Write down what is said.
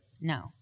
No